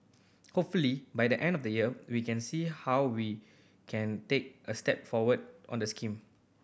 hopefully by the end of the year we can see how we can take a step forward on the scheme